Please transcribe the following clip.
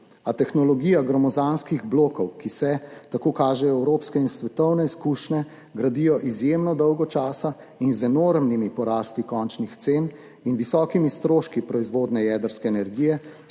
A tehnologija gromozanskih blokov, ki se, tako kažejo evropske in svetovne izkušnje, gradijo izjemno dolgo časa in z enormnimi porasti končnih cen in visokimi stroški proizvodnje jedrske energije,